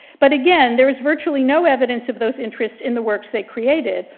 but again there's virtually no evidence of those interest in the works they created,